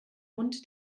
hund